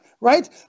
Right